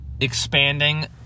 expanding